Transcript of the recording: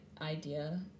Idea